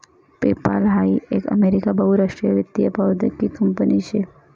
PayPal हाई एक America बहुराष्ट्रीय वित्तीय प्रौद्योगीक कंपनी शे